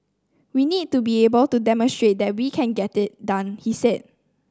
we need to be able to demonstrate that we can get it done he said